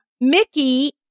Mickey